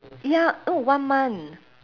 ya oh one month